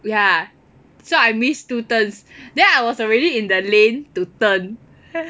ya so I miss two turns then I was already in the lane to turn